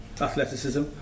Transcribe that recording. athleticism